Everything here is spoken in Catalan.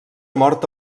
mort